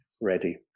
ready